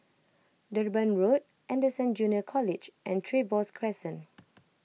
Durban Road Anderson Junior College and Trevose Crescent